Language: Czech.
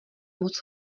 moc